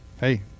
Hey